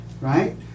right